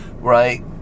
right